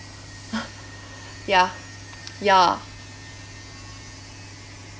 ya ya